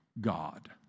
god